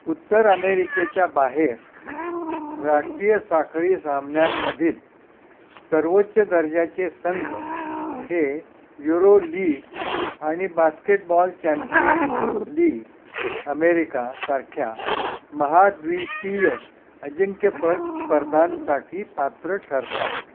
उत्तर अमेरिकेच्या बाहेर राष्ट्रीय साखळी सामन्यांमधील सर्वोच्च दर्जाचे संघ हे युरोलीग आणि बास्केटबॉल चॅम्पियन्स लीग अमेरिका सारख्या महाद्विपीय अजिंक्यपद स्पर्धांसाठी पात्र ठरतात